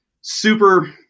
Super